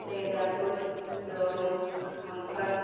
Singapore Rome Hong Kong